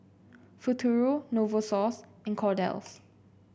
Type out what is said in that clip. Futuro Novosource and Kordel's